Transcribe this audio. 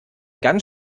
ganz